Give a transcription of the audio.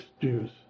Jews